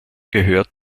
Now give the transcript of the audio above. gehört